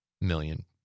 million